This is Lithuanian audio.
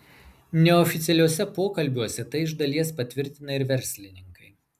neoficialiuose pokalbiuose tai iš dalies patvirtina ir verslininkai